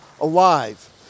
alive